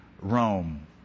Rome